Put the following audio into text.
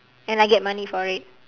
and I get money for it